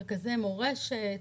מרכזי מורשת,